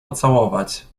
pocałować